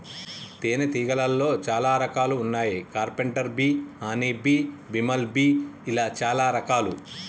తేనే తీగలాల్లో చాలా రకాలు వున్నాయి carpenter bee honey bee, bumble bee ఇలా చాలా రకాలు